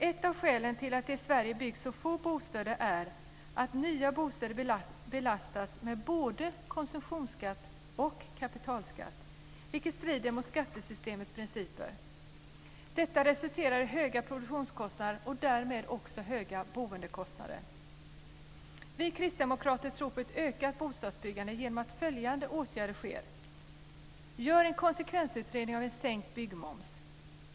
Ett av skälen till att det i Sverige byggs så få bostäder är att nya bostäder belastas med både konsumtionsskatt och kapitalskatt, vilket strider mot skattesystemets principer. Detta resulterar i höga produktionskostnader och därmed också höga boendekostnader. Vi kristdemokrater tror på ett ökat bostadsbyggande genom att följande åtgärder genomförs: · Gör en konsekvensutredning av en sänkt byggmoms.